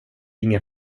ingen